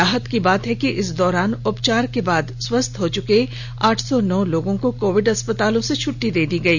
राहत की बात है कि इस दौरान उपचार के बाद स्वस्थ हो चुके आठ सौ नौ लोगों को कोविड अस्पतालों से छट्टी दे दी गई